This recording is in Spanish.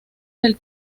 del